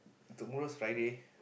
tomorrow is Friday